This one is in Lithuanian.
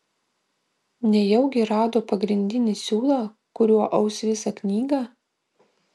nejaugi rado pagrindinį siūlą kuriuo aus visą knygą